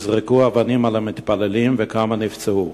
נזרקו אבנים על המתפללים וכמה נפצעו.